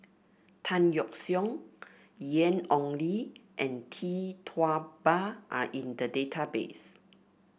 Tan Yeok Seong Ian Ong Li and Tee Tua Ba are in the database